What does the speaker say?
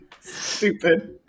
Stupid